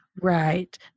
Right